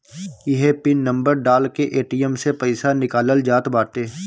इहे pin number डाल के ए.टी.एम से पईसा निकालल जात बाटे